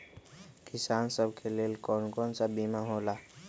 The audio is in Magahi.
किसान सब के लेल कौन कौन सा बीमा होला?